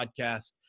podcast